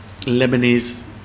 Lebanese